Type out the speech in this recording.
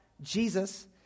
Jesus